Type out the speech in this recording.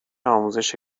آموزش